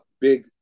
Big